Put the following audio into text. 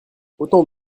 autant